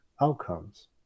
outcomes